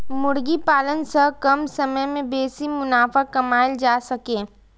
मुर्गी पालन सं कम समय मे बेसी मुनाफा कमाएल जा सकैए